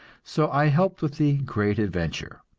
so i helped with the great adventure.